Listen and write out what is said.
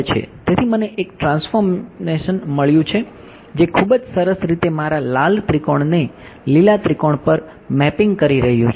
તેથી મને એક ટ્રાન્સફોર્મ પર મેપિંગ કરી રહ્યું છે તે ખૂબ જ સરસ છે